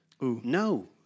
No